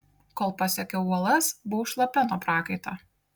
kol pasiekiau uolas buvau šlapia nuo prakaito